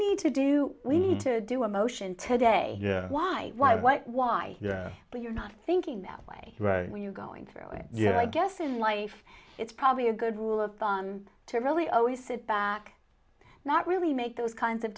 need to do we need to do a motion to day why why why why but you're not thinking that way when you're going through it yeah i guess in life it's probably a good rule of thumb to really always sit back not really make those kinds of